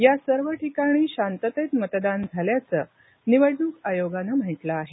या सर्व ठिकाणी आज शांततेत मतदान झाल्याचं निवडणूक आयोगानं म्हटलं आहे